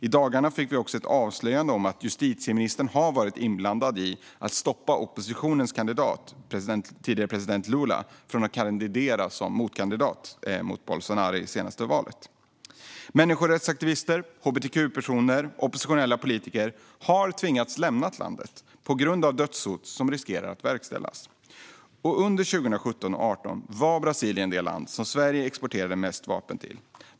I dagarna fick vi också ett avslöjande om att justitieministern har varit inblandad i att stoppa oppositionens kandidat, den tidigare presidenten Lula, från att kandidera mot Bolsonaro i det senaste valet. Människorättsaktivister, hbtq-personer och oppositionella politiker har tvingats lämna landet på grund av dödshot som riskerar att verkställas. Under 2017 och 2018 var Brasilien det land som Sverige exporterade mest vapen till.